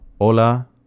Hola